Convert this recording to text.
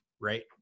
right